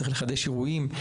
צריך לחדש עירויים,